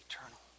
eternal